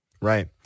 Right